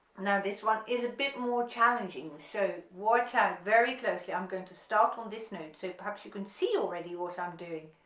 now this one is a bit more challenging so watch out very closely, i'm going to start on this note, so perhaps you can see already what i'm doing